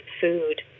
food